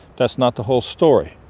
that's not the whole story.